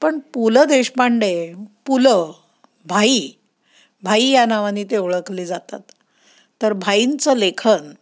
पण पु ल देशपांडे पुलं भाई भाई या नावाने ते ओळखले जातात तर भाईंचं लेखन